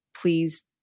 please